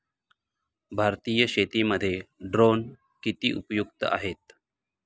भारतीय शेतीमध्ये ड्रोन किती उपयुक्त आहेत?